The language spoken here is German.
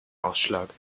ausschlag